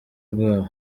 rwabo